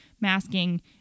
masking